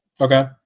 Okay